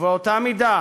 ובאותה מידה